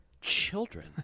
children